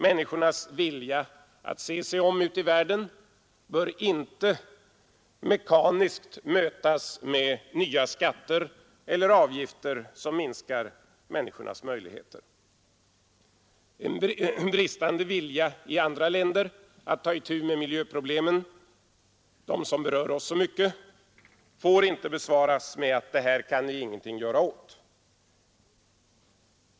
Människornas vilja att se sig om ute i världen bör inte mekaniskt mötas med nya skatter eller avgifter som minskar människornas möjligheter. En bristande vilja i andra länder att ta itu med de miljöproblem som berör oss så mycket får inte besvaras med att ”det här kan vi ingenting göra åt”.